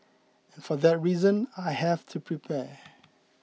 and for that reason I have to prepare